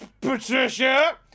Patricia